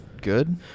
good